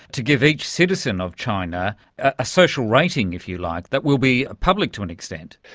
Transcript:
to give each citizen of china a social rating, if you like, that will be public to an extent?